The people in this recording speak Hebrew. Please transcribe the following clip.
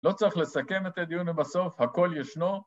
‫לא צריך לסכם את הדיון בסוף, ‫הכול ישנו.